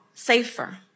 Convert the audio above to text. Safer